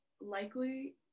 likely